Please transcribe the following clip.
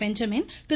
Benjamin Thiru